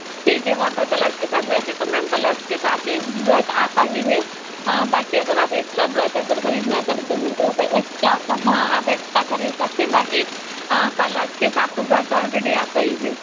ठीक है water colour के साथ वैसे तो मैम कलर्स साथ ही ब्रश आता ही है बाकी अगर आप एक्सट्रा ब्रश अगर खरीदना चाहते हैं तो एक्सट्रा का हाँ आप एक्सट्रा खरीद सकते हैं बाकी कलर्स के तो ब्रश ऑलरेडी आता ही है